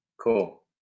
Cool